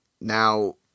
Now